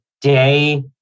day